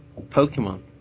Pokemon